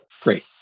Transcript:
Great